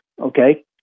okay